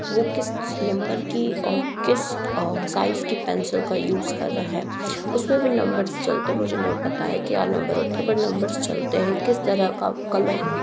वो किस किस नंबर की और किस साइज़ की पेंसिल का यूज़ कर रहा है उसमें भी नंबर्स चलते हैं मुझे नहीं पता है क्या नंबर होता है बट नंबर्स चलते हैं किस तरह का कलर